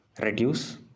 reduce